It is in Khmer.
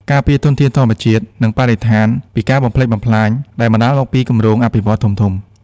ការពារធនធានធម្មជាតិ និងបរិស្ថានពីការបំផ្លិចបំផ្លាញដែលបណ្តាលមកពីគម្រោងអភិវឌ្ឍន៍ធំៗ។